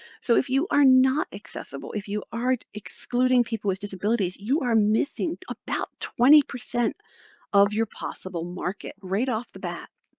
so if you are not accessible, if you are excluding people with disabilities, you are missing about twenty percent of your possible market right off the bat.